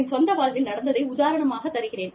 என் சொந்த வாழ்வில் நடந்ததை உதாரணமாக தருகிறேன்